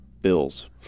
bills